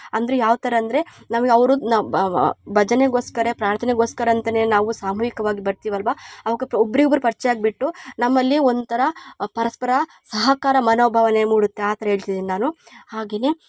ಅಂದರೆ ಯಾವ್ತರ ಅಂದರೆ ನಮ್ಗೆ ಅವ್ರದ್ ಭಜನೆಗೋಸ್ಕರ ಪ್ರಾರ್ಥನೆಗೋಸ್ಕರ ಅಂತ ನಾವು ಸಾಮೂಹಿಕವಾಗಿ ಬರ್ತಿವಿ ಅಲ್ವ ಅವಾಗ ಒಬ್ರಿಬ್ಬರು ಪರಿಚಯ ಆಗಿಬಿಟ್ಟು ನಮ್ಮಲ್ಲಿ ಒಂಥರ ಪರಸ್ಪರ ಸಹಕಾರ ಮನೋಭಾವನೆ ಮೂಡುತ್ತೆ ಆ ಥರ ಹೇಳ್ತಿದಿನಿ ನಾನು ಹಾಗೆನೇ